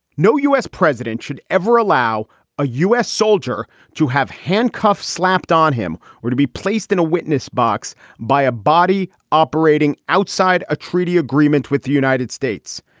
no u s. president should ever allow a u s. soldier to have handcuffs slapped on him or to be placed in a witness box by a body operating outside a treaty agreement with the united states.